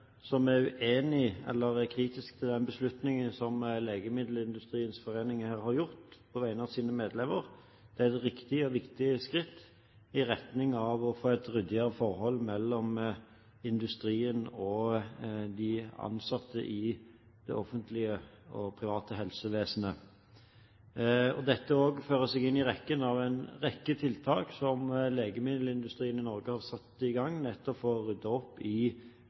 som er uenig i eller kritisk til den beslutningen som legemiddelindustriens foreninger her har gjort på vegne av sine medlemmer. Det er riktige og viktige skritt i retning av å få et ryddigere forhold mellom industrien og de ansatte i det offentlige og private helsevesenet. Dette føyer seg også inn i rekken av en rekke tiltak som legemiddelindustrien i Norge har satt i gang, nettopp for å rydde opp i